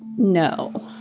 no.